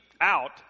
out